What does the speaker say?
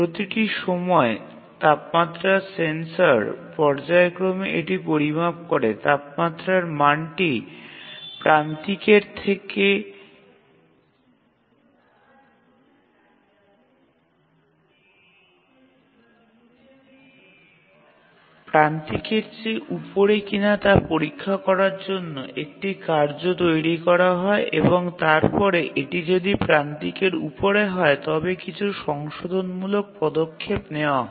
প্রতিটি সময় তাপমাত্রা সেন্সর পর্যায়ক্রমে এটি পরিমাপ করে তাপমাত্রার মানটি প্রান্তিকের চেয়ে উপরে কিনা তা পরীক্ষা করার জন্য একটি কার্য তৈরি করা হয় এবং তারপরে এটি যদি প্রান্তিকের উপরে হয় তবে কিছু সংশোধনমূলক পদক্ষেপ নেওয়া হয়